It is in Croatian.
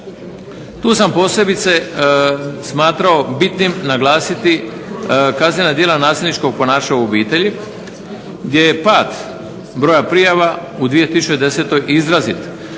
Tu sam posebice smatrao bitnim naglasiti kaznena djela nasilničkog ponašanja u obitelji gdje je pad broja prijava u 2010. izrazit.